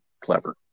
clever